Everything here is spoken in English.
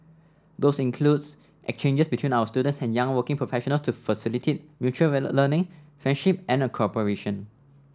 those includes exchanges between our students and young working professional to facilitate mutual learning friendship and cooperation